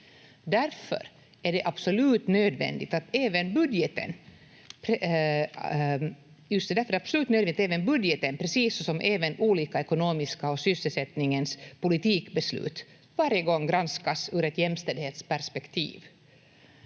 Därför är det absolut nödvändigt att även budgeten, precis som även olika ekonomiska och sysselsättningspolitiska beslut, varje gång granskas ur ett jämställdhetsperspektiv.